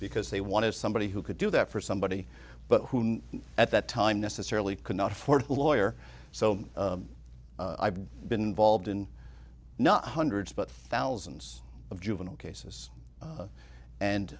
because they wanted somebody who could do that for somebody but who at that time necessarily could not afford a lawyer so i've been involved in not hundreds but thousands of juvenile cases a